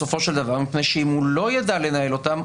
מפני שאם הוא לא ידע לנהל אותם,